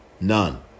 None